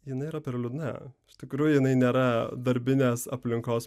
jinai yra per liūdna iš tikrųjų jinai nėra darbinės aplinkos